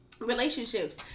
Relationships